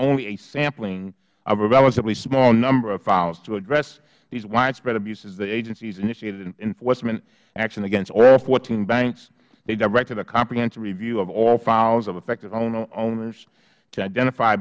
only a sampling of a relatively small number of files to address these widespread abuses the agency has initiated enforcement action against all fourteen banks they directed a comprehensive review of all files of affected owners to identify